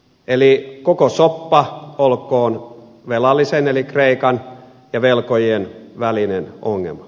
eli koko soppa olkoon velallisen eli kreikan ja velkojien välinen ongelma